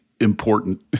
important